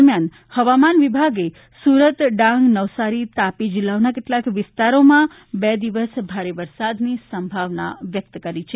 દરમ્યાન હવામાન વિભાગે સુરત ડાંગ નવસારી તાપી જિલ્લાઓના કેટલાક વિસ્તારોમાં બે દિવસ ભારે વરસાદની સંભાવના વ્યકત કરી છે